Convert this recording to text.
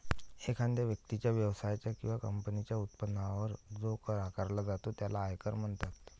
एखाद्या व्यक्तीच्या, व्यवसायाच्या किंवा कंपनीच्या उत्पन्नावर जो कर आकारला जातो त्याला आयकर म्हणतात